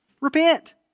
repent